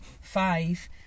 five